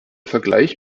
vergleich